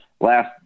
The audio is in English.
last